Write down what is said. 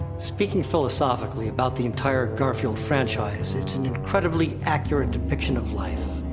speaking philosophically about the entire garfield franchise, it's an incredibly accurate depiction of life.